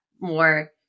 more